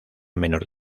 menor